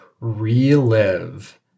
relive